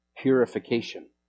purification